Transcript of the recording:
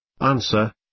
Answer